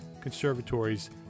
Conservatories